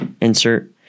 insert